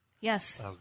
Yes